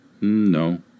No